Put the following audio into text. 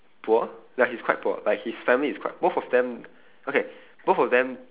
poor ya he's quite poor like his family is quite both of them okay both of them